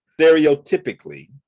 stereotypically